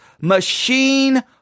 machine